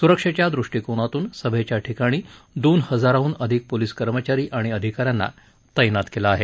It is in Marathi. सुरक्षेच्या दृष्टिकोनातून सभेच्या ठिकाणी दोन हजारांहून अधिक पोलीस कर्मचारी आणि अधिकाऱ्यांना तैनात केलं आहे